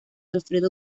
alfredo